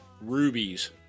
Rubies